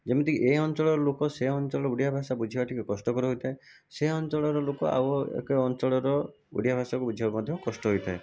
ଯେମତି କି ଏହି ଅଞ୍ଚଳର ଲୋକ ସେ ଅଞ୍ଚଳର ଓଡ଼ିଆ ଭାଷା ବୁଝିବାଟା ଟିକିଏ କଷ୍ଟକର ହୋଇଥାଏ ସେ ଅଞ୍ଚଳର ଲୋକ ଆଉ ଏକ ଅଞ୍ଚଳର ଓଡ଼ିଆ ଭାଷାକୁ ବୁଝିବା ମଧ୍ୟ କଷ୍ଟ ହୋଇଥାଏ